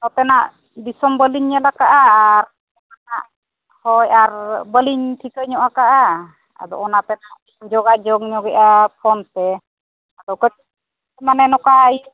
ᱱᱚᱛᱮᱱᱟᱜ ᱫᱤᱥᱚᱢ ᱵᱟᱹᱞᱤᱧ ᱧᱮᱞ ᱠᱟᱜᱼᱟ ᱟᱨ ᱦᱳᱭ ᱟᱨ ᱵᱟᱹᱞᱤᱧ ᱴᱷᱤᱠᱟᱹ ᱧᱚᱜ ᱠᱟᱜᱼᱟ ᱟᱫᱚ ᱚᱱᱟᱛᱮ ᱱᱟᱜ ᱞᱤᱧ ᱡᱳᱜᱟᱡᱳᱜᱽ ᱧᱚᱜᱮᱜᱼᱟ ᱯᱷᱳᱱᱛᱮ ᱟᱫᱚ ᱠᱟᱹᱡ ᱢᱟᱱᱮ ᱱᱚᱝᱠᱟ ᱤᱭᱟᱹ